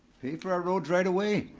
pay for our roads right away.